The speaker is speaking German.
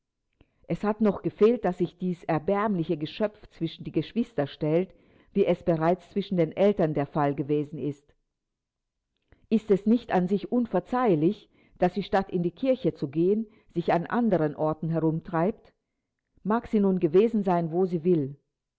es hat noch gefehlt daß sich dies erbärmliche geschöpf zwischen die geschwister stellt wie es bereits zwischen den eltern der fall gewesen ist ist es nicht an sich unverzeihlich daß sie statt in die kirche zu gehen sich an anderen orten herumtreibt mag sie nun gewesen sein wo sie will